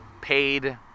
paid